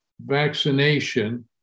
vaccination